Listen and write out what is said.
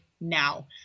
now